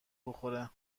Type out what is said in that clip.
بخوره